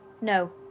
no